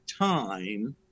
time